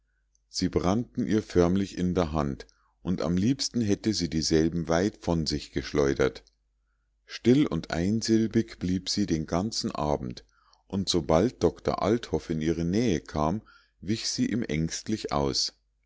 sie brannten ihr förmlich in der hand und am liebsten hätte sie dieselben weit von sich geschleudert still und einsilbig blieb sie den ganzen abend und sobald doktor althoff in ihre nähe kam wich sie ihm ängstlich aus